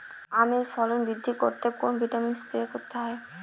আমের ফলন বৃদ্ধি করতে কোন ভিটামিন স্প্রে করতে হয়?